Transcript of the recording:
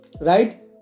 right